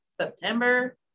september